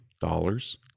dollars